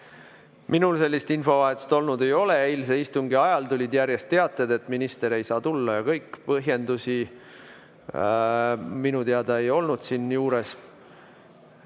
Minul sellist infovahetust olnud ei ole. Eilse istungi ajal tulid järjest teated, et minister ei saa tulla ja kõik, põhjendusi minu teada ei olnud juures.